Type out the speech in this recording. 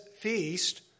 feast